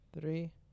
three